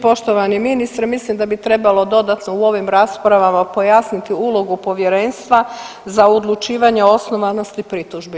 Poštovani ministre mislim da bi trebalo dodatno u ovim raspravama pojasniti ulogu povjerenstva za odlučivanje o osnovanosti pritužbi.